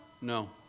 No